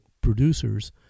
producers